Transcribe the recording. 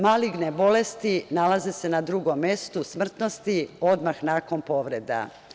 Maligne bolesti se nalaze na drugom mestu smrtnosti, odmah nakon povreda.